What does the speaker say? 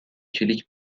کلیک